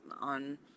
on